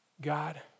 God